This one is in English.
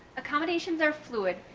accommodations are fluid,